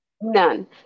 None